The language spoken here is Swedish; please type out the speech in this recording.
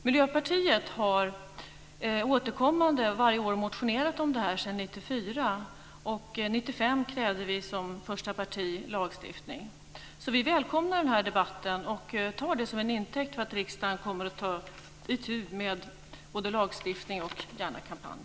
Miljöpartiet har återkommande varje år sedan år 1994 motionerat om detta. År 1995 krävde vi som första parti en lagstiftning. Vi välkomnar den här debatten. Vi tar den som intäkt för att riksdagen kommer att ta itu med lagstiftning och gärna kampanj.